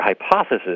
hypothesis